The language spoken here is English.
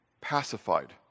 pacified